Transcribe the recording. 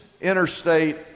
interstate